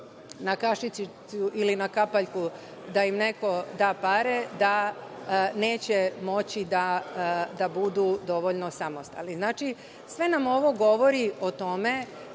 na kašičicu ili na kapaljku da im neko da pare da neće moći da budu dovoljno samostalni. Sve nam ovo govori o tome